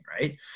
Right